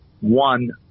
one